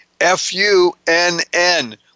F-U-N-N